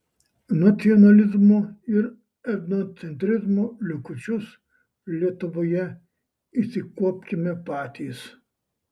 nacionalizmo ir etnocentrizmo likučius lietuvoje išsikuopkime patys